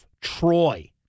Troy